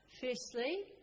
firstly